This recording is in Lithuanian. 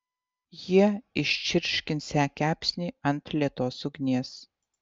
jie iščirškinsią kepsnį ant lėtos ugnies